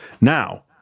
Now